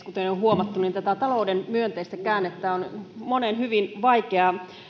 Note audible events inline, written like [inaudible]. [unintelligible] kuten on huomattu tätä talouden myönteistä käännettä on monen hyvin vaikea